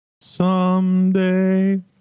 Someday